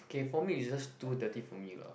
okay for me is just too dirty for me lah